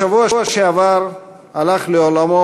בשבוע שעבר הלך לעולמו,